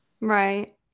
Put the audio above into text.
Right